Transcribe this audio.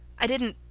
i didnt.